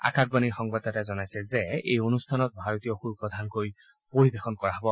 আকাশবাণীৰ সংবাদদাতাই জনাইছে যে এই অনুষ্ঠানত ভাৰতীয় সুৰ প্ৰধানকৈ পৰিবেশন কৰা হব